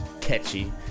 catchy